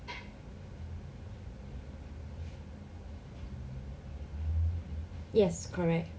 yes correct